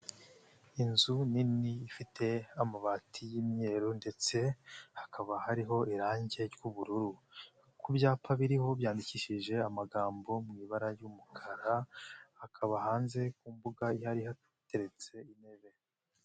Inzu nini ifite amabati y'imyeru, ndetse hakaba hariho irangi ry'ubururu, ku byapa biriho byandikishije amagambo mu ibara ry'umukara, haba hanze ku mbuga hateretse intebe.